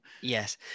Yes